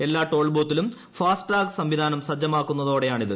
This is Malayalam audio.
എല്ലാ ടോൾ ബൂത്തിലും ഫാസ്ടാഗ് സംവിധാനം സജ്ജമാക്കുന്നതോടെയാണിത്